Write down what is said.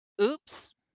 Oops